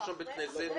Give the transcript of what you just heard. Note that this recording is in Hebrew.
צריך שם בית כנסת.